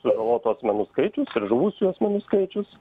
sužalotų asmenų skaičius ir žuvusių asmenų skaičius